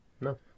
No